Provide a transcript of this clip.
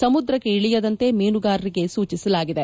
ಸಮುದ್ರಕ್ಕೆ ಇಳಿಯದಂತೆ ಮೀನುಗಾರರಿಗೆ ಸೂಚಿಸಲಾಗಿದೆ